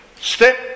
step